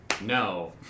No